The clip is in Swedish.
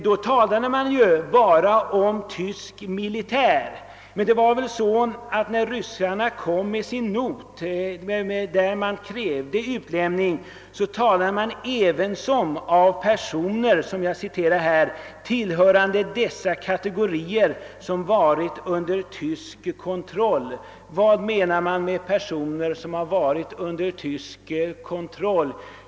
Då talades det bara om tysk militär, men ryssarna krävde utlämning även av personer »tillhörande dessa kategorier som varit under tysk kontroll». Vad menas med personer som varit under tysk kontroll?